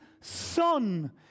Son